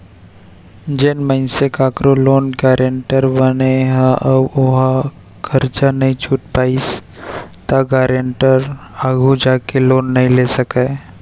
जेन मनसे कखरो लोन गारेंटर बने ह अउ ओहा करजा नइ छूट पाइस त गारेंटर आघु जाके लोन नइ ले सकय